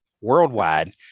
worldwide